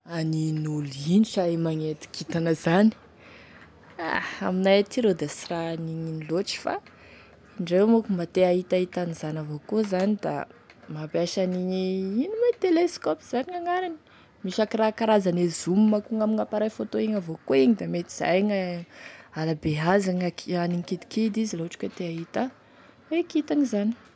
Anin'olo ino sa e magnety kintana zany, ha aminay aty rô da sy raha aniny ino loatry fa indreo moa koa mba te hahitahita an'izany avao koa da mampiasa an'iny ino moa i télescope zany agny gn'anarany, misy akoraha karazany e zoom akogny amin'ny appareil photo avao koa igny da mety izay gne hahabeazany aki- anigny kidikidy izy la ohatry ka te hahita gne kintany zany.